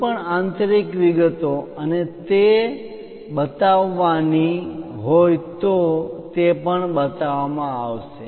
કોઈપણ આંતરિક વિગતો અને તે બતાવવાની હોય તો તે પણ બતાવવામાં આવશે